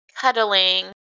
cuddling